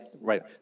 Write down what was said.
right